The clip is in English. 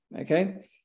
Okay